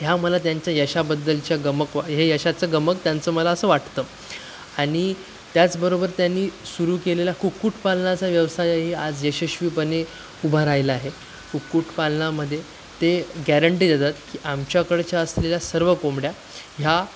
ह्या मला त्यांच्या यशाबद्दलच्या गमक हे यशाचं गमक त्यांचं मला असं वाटतं आणि त्याचबरोबर त्यांनी सुरू केलेला कुक्कुटपालनाचा व्यवसायही आज यशस्वीपणे उभा राहिला आहे कुक्कुटपालनामध्ये ते गॅरंटी देतात की आमच्याकडच्या असलेल्या सर्व कोंबड्या ह्या